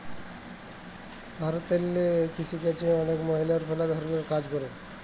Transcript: ভারতেল্লে কিসিকাজে অলেক মহিলারা ম্যালা ধরলের কাজ ক্যরে